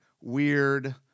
weird